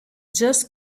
just